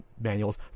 manuals